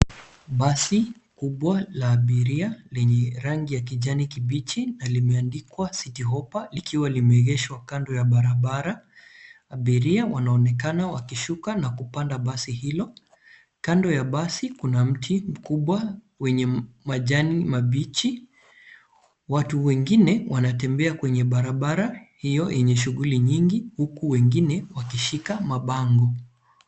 Basi kubwa la abiria lenye rangi ya kijani kibichi na limeandikwa Citi Hoppa likiwa limeegeshwa kando ya barabara. Abiria wanaonekana wakishuka na kupanda basi hilo. Kando ya basi kuna mti mkubwa wenye majani mabichi. Watu wengine wanatembea kwenye barabara hiyo yenye shughuli nyingi huku wengine wakishika mabango.